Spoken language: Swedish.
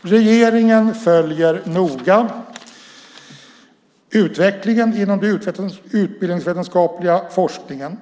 Regeringen följer noga utvecklingen inom den utbildningsvetenskapliga forskningen.